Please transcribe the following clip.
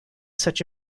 such